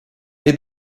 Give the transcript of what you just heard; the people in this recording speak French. est